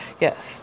Yes